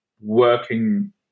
working